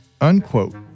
unquote